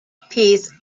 piece